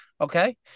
Okay